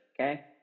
Okay